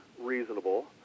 reasonable